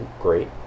great